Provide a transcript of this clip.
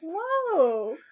Whoa